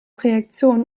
reaktion